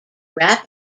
rap